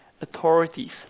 authorities